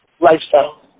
lifestyle